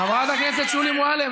חברת הכנסת שולי מועלם,